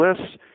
lists